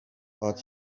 but